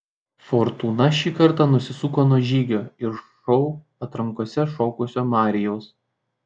fortūna šį kartą nusisuko nuo žygio ir šou atrankose šokusio marijaus